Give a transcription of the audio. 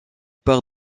par